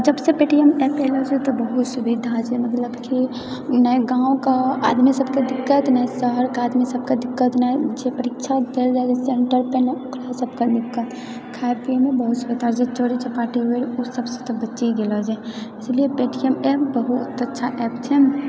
जबसे Paytm app आएल छै तऽ बहुत सुविधा छै मतलब की नहि गाँवके आदमी सबकेँ दिक्कत नहि शहरके आदमी सबकेँ दिक्कत नहि छै परीक्षा देइ ला जाइत छै सेन्टर पर नहि ओकरा सबकेँ दिक्कत खाए पिऐमे बहुत सुविधा रहैत छै चोरी चपाटी भेल ओ सबसँ तऽ बची गेल ईसीलिए पेटीएम ऍप बहुत अच्छा ऍप छै